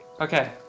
Okay